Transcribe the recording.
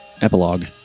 Epilogue